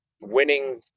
winning